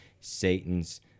Satan's